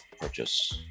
purchase